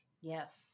Yes